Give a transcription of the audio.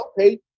okay